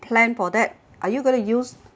plan for that are you going to use